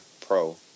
Pro